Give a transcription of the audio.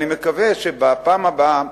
אני מקווה שבפעם הבאה,